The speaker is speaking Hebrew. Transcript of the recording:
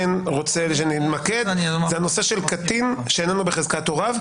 רוצה שנתמקד זה הנושא של קטין שאיננו בחזקת הוריו,